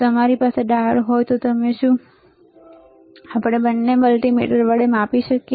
જો આપણી પાસે ડાયોડ હોય તો શું આપણે બંને મલ્ટિમીટર વડે માપી શકીએ